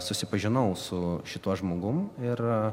susipažinau su šituo žmogum ir